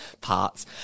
parts